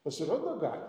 pasirodo gali